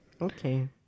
Okay